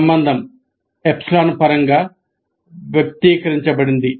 సంబంధం ε పరంగా వ్యక్తీకరించబడింది